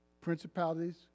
principalities